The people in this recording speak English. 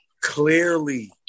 Clearly